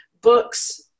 books